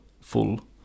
full